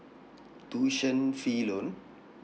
tuition fee loan